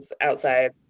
outside